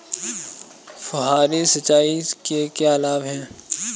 फुहारी सिंचाई के क्या लाभ हैं?